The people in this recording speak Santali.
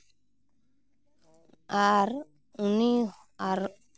ᱟᱨ ᱩᱱᱤ ᱟᱨ